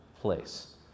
place